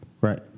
right